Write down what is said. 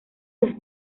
sus